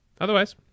Otherwise